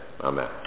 amen